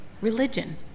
religion